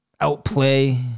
outplay